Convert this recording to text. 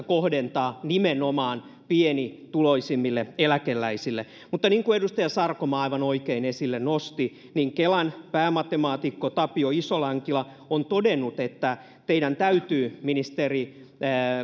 kohdentaa nimenomaan pienituloisimmille eläkeläisille mutta niin kuin edustaja sarkomaa aivan oikein esille nosti kelan päämatemaatikko tapio isolankila on todennut että teidän täytyy ministeri